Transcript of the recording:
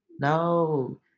No